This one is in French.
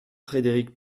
frédéric